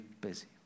busy